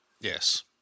Yes